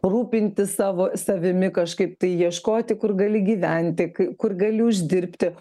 rūpintis savo savimi kažkaip tai ieškoti kur gali gyventi k kur gali uždirbti